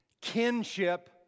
kinship